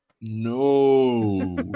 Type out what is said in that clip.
no